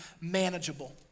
manageable